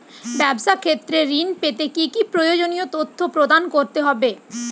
ব্যাবসা ক্ষেত্রে ঋণ পেতে কি কি প্রয়োজনীয় তথ্য প্রদান করতে হবে?